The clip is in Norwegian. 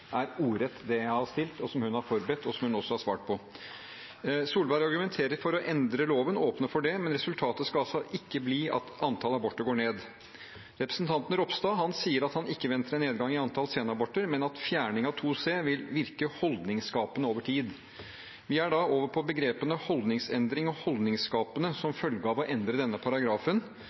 ordrett det jeg har stilt, og som hun har forberedt, og som hun også har svart på. Erna Solberg argumenterer for å åpne for å endre loven, men resultatet skal altså ikke bli at antall aborter går ned. Representanten Ropstad sier at han ikke venter en nedgang i antall senaborter, men at fjerning av § 2c vil virke holdningsskapende over tid. Vi er da over på begrepene «holdningsendring» og «holdningsskapende» som følge av å endre denne paragrafen,